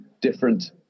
different